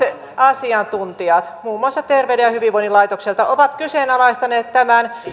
asiantuntijat muun muassa terveyden ja hyvinvoinnin laitokselta ovat kyseenalaistaneet tämän